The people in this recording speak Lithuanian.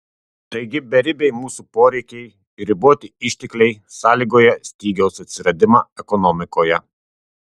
taigi beribiai mūsų poreikiai ir riboti ištekliai sąlygoja stygiaus atsiradimą ekonomikoje